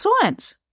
science